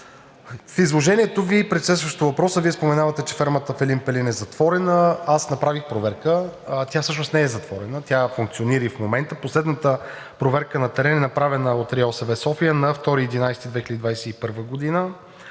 В изложението Ви, предшестващо въпроса, Вие споменавате, че фермата в Елин Пелин е затворена. Аз направих проверка. Тя всъщност не е затворена, тя функционира и в момента. Последната проверка на терен е направена от РИОСВ – София, на 2 ноември 2021 г.